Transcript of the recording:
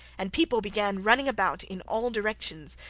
and people began running about in all directions,